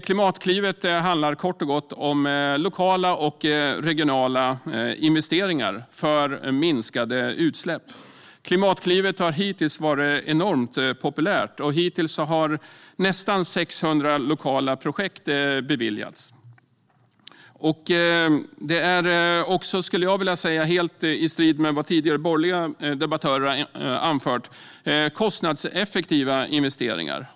Klimatklivet handlar kort och gott om lokala och regionala investeringar för minskade utsläpp. Klimatklivet har hittills varit enormt populärt, och hittills har nästan 600 lokala projekt beviljats. Jag skulle också vilja säga - helt i strid med vad borgerliga debattörer tidigare har anfört här - att detta är kostnadseffektiva investeringar.